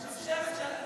בג"ץ.